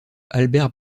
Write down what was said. albert